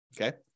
Okay